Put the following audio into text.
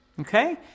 okay